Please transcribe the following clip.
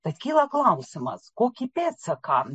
tad kyla klausimas kokį pėdsaką